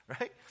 Right